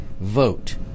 vote